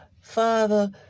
Father